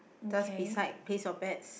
just beside place your bets